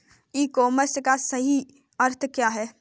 ई commerce का सही अर्थ क्या है?